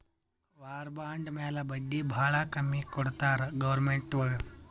war bond ಮ್ಯಾಲ ಬಡ್ಡಿ ಭಾಳ ಕಮ್ಮಿ ಕೊಡ್ತಾರ್ ಗೌರ್ಮೆಂಟ್ನವ್ರು